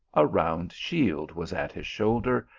a round shield was at his shoulder,